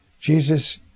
Jesus